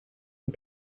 and